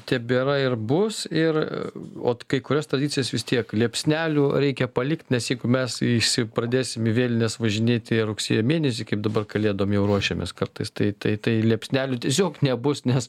tebėra ir bus ir ot kai kurias tradicijas vis tiek liepsnelių reikia palikti nes jeigu mes visi pradėsim į vėlines važinėti rugsėjo mėnesį kaip dabar kalėdom jau ruošiamės kartais tai tai tai liepsnelių tiesiog nebus nes